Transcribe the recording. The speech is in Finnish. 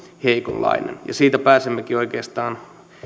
heikonlainen ja siitä pääsemmekin oikeastaan